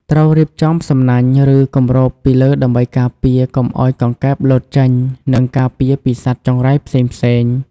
ត្រូវរៀបចំសំណាញ់ ឬគម្របពីលើដើម្បីការពារកុំឲ្យកង្កែបលោតចេញ និងការពារពីសត្វចង្រៃផ្សេងៗ។